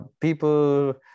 people